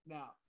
Now